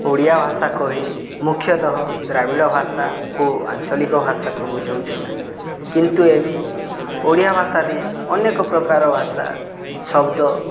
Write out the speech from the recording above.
ଓଡ଼ିଆ ଭାଷା କହିଲେ ମୁଖ୍ୟତଃ ଦ୍ରାବିଡ଼ ଭାଷା ଓ ଆଞ୍ଚଳିକ ଭାଷାକୁ ବୁଝାଉଥିଲା କିନ୍ତୁ ଏବେ ଓଡ଼ିଆ ଭାଷାରେ ଅନେକ ପ୍ରକାର ଭାଷା ଶବ୍ଦ